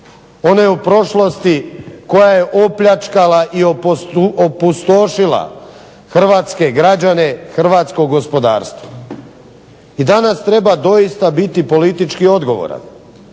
one u prošlosti koja je opljačkala i opustošila hrvatske građane, hrvatsko gospodarstvo. I danas treba doista biti politički odgovoran